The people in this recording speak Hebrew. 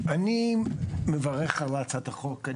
אני מברך על הצעת החוק.